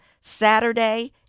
Saturday